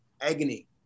agony